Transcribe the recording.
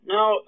Now